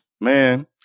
Man